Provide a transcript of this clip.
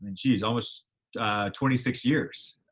and jeez, almost twenty six years.